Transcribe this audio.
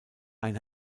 ein